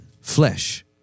flesh